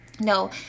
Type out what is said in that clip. No